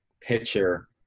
picture